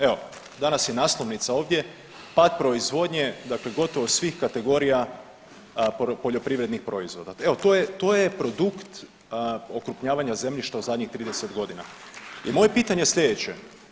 Evo danas je naslovnica ovdje, pad proizvodnje, dakle gotovo svih kategorija poljoprivrednih proizvoda, evo to je, to je produkt okrupnjavanja zemljišta u zadnjih 30.g. i moje pitanje je slijedeće.